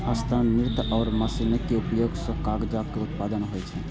हस्तनिर्मित आ मशीनरीक उपयोग सं कागजक उत्पादन होइ छै